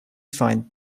find